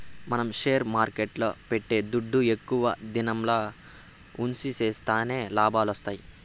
మనం షేర్ మార్కెట్ల పెట్టే దుడ్డు ఎక్కువ దినంల ఉన్సిస్తేనే లాభాలొత్తాయి